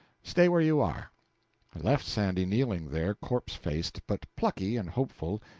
stay where you are. i left sandy kneeling there, corpse-faced but plucky and hopeful,